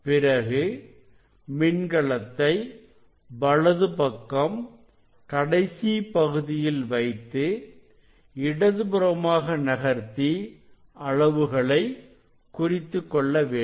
பிறகு மின்கலத்தை வலது பக்கம் கடைசி பகுதியில் வைத்து இடதுபுறமாக நகர்த்தி அளவுகளை குறித்துக் கொள்ள வேண்டும்